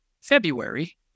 February